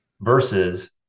versus